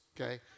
okay